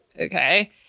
okay